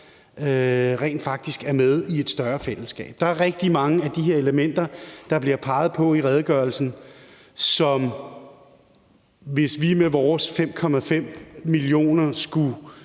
rent faktisk er med i et større fællesskab. Der er rigtig mange af de her elementer, der bliver peget på i redegørelsen, som, hvis vi med vores 5,5 millioner